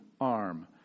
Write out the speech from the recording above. arm